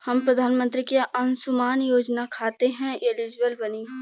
हम प्रधानमंत्री के अंशुमान योजना खाते हैं एलिजिबल बनी?